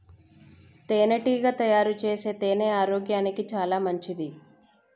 తేనెటీగ తయారుచేసే తేనె ఆరోగ్యానికి చాలా మంచిది